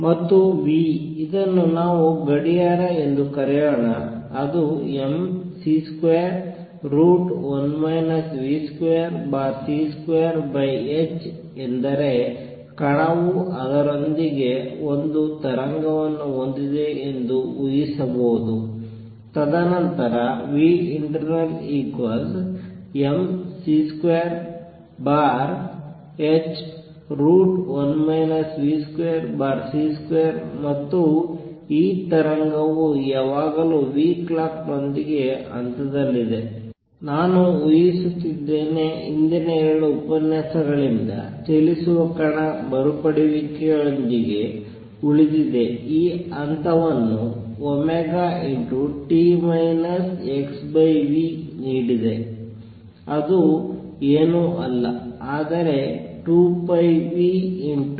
ಮತ್ತು v ಇದನ್ನು ನಾವು ಗಡಿಯಾರ ಎಂದು ಕರೆಯೋಣ ಅದು mc21 v2c2h ಎಂದರೆ ಕಣವು ಅದರೊಂದಿಗೆ ಒಂದು ತರಂಗವನ್ನು ಹೊಂದಿದೆ ಎಂದು ಊಹಿಸುವುದು ತದನಂತರ internal mc2h1 v2c2 ಮತ್ತು ಈ ತರಂಗವು ಯಾವಾಗಲೂ clockನೊಂದಿಗೆ ಹಂತದಲ್ಲಿದೆ ನಾನು ಊಹಿಸುತ್ತಿದ್ದೇನೆ ಹಿಂದಿನ 2 ಉಪನ್ಯಾಸಗಳಿಂದ ಚಲಿಸುವ ಕಣ ಮರುಪಡೆಯುವಿಕೆಯೊಂದಿಗೆ ಉಳಿದಿದೆ ಈ ಹಂತವನ್ನು t xv ನೀಡಿದೆ ಅದು ಏನೂ ಅಲ್ಲ ಆದರೆ 2πνt xv